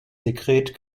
sekret